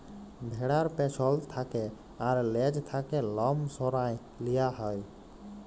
ভ্যাড়ার পেছল থ্যাকে আর লেজ থ্যাকে লম সরাঁয় লিয়া হ্যয়